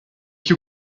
you